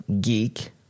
geek